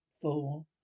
four